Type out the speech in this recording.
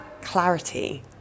clarity